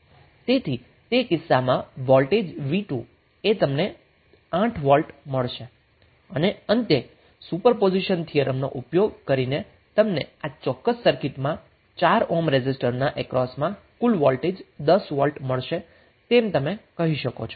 તેથી તે કિસ્સામાં વોલ્ટ v2 એ તમને 8 વોલ્ટ મળશે અને અંતે સુપરપોઝિશન થિયરમનો ઉપયોગ કરીને તમને આ ચોક્કસ સર્કિટમા 4 ઓહ્મ રેઝિસ્ટરના અક્રોસમાં કુલ વોલ્ટેજ 10 વોલ્ટ મળશે તેમ તમે કહી શકો છો